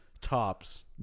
Tops